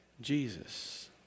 Jesus